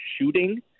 shooting